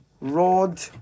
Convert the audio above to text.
Rod